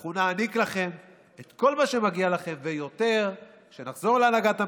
אנחנו נעניק לכם את כל מה שמגיע לכם ויותר כשנחזור להנהגת המדינה,